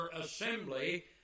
assembly